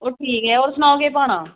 ओह् ठीक ऐ होर सनाओ केह् पाना